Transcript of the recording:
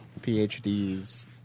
PhDs